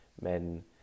men